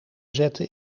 zetten